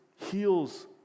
heals